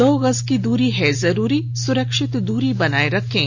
दो गज की दूरी है जरूरी सुरक्षित दूरी बनाए रखें